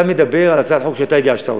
אתה מדבר על הצעת חוק שאתה הגשת.